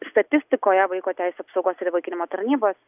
statistikoje vaiko teisių apsaugos ir įvaikinimo tarnybos